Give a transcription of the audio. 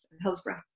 Hillsborough